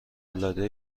العاده